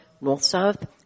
north-south